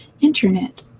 internet